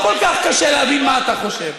תפסיק, אחינו, לא כל כך קשה להבין מה אתה חושב.